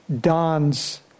dons